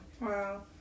Wow